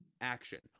Action